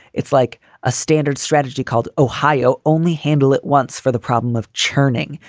it's like a standard strategy called ohio only handle it once for the problem of churning,